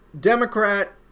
Democrat